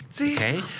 okay